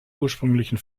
ursprünglichen